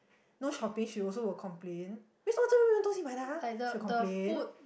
no shopping she also will complain 为什么这个地方没有东西买的 ah she will complain